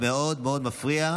זה מאוד מאוד מפריע,